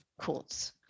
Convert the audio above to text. courts